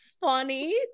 funny